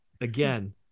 Again